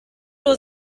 nur